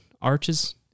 arches